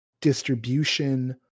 distribution